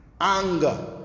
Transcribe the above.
Anger